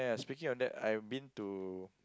speaking of that I've been to